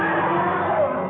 i don't know